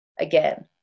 Again